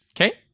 Okay